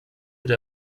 der